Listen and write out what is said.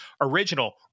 original